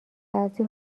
بعضی